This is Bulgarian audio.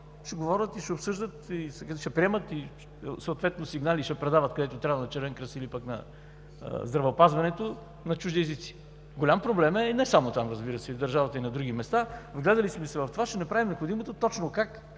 ще говорят, как ще обсъждат, ще приемат и ще предават съответно сигнали, където трябва – на Червения кръст или на Здравеопазването, на чужди езици. Голям проблем е и не само там и, разбира се, в държавата и на други места. Вгледали сме се в това, ще направим необходимото. Точно как,